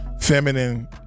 feminine